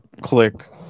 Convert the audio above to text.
click